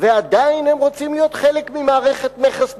ועדיין הם רוצים להיות חלק ממערכת מכס בין-לאומית?